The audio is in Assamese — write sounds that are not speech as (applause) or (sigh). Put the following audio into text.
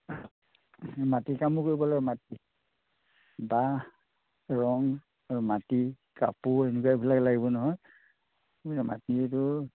(unintelligible) মাটিৰ কামো কৰিব লাগিব মাটি বাঁহ ৰং আৰু মাটি কাপোৰ এনেকুৱাবিলাক লাগিব নহয় (unintelligible) মাটিয়েটো